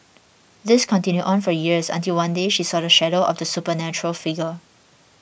this continued on for years until one day she saw the shadow of the supernatural figure